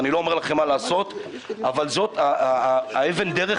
אני לא אומר לכם מה לעשות אבל זאת אבן הדרך